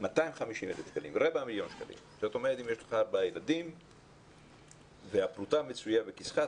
אם יש לך ארבעה ילדים והפרוטה מצויה בכיסך,